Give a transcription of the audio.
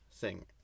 Sing